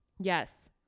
Yes